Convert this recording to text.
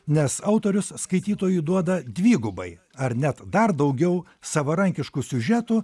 nes autorius skaitytojui duoda dvigubai ar net dar daugiau savarankiškų siužetų